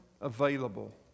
available